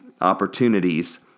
opportunities